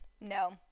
no